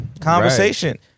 Conversation